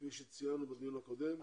כפי שציינו בדיון הקודם,